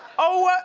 oh,